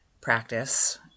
practice